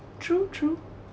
true true